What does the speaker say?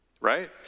right